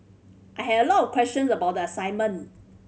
I had a lot of questions about the assignment